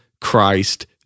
Christ